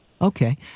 Okay